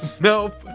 Nope